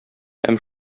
һәм